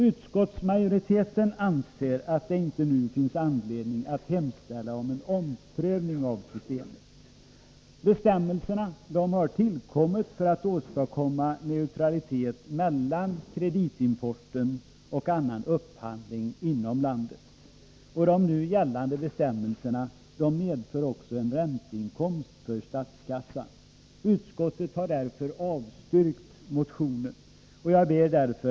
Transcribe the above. Utskottsmajoriteten anser att det inte nu finns anledning att hemställa om en omprövning av systemet. Bestämmelserna har tillkommit för att åstadkomma neutralitet mellan kreditimporten och annan upphandlinginom Nr 51 landet. De nu gällande bestämmelserna medför också en ränteinkomst för